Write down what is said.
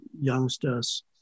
youngsters